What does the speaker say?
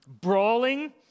brawling